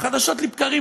חדשות לבקרים,